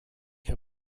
herr